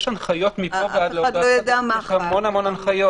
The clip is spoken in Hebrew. יש המון הנחיות.